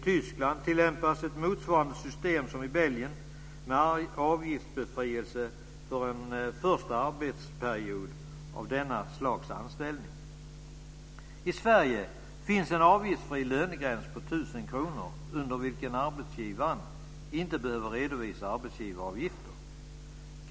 I Tyskland tillämpas ett motsvarande system som i Belgien med avgiftsbefrielse för en första arbetsperiod av detta slags anställning. I Sverige finns en avgiftsfri lönegräns på 1 000 kr under vilken arbetsgivaren inte behöver redovisa arbetsgivaravgifter.